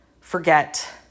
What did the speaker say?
forget